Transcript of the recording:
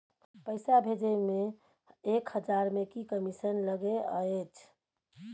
पैसा भैजे मे एक हजार मे की कमिसन लगे अएछ?